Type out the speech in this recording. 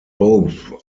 both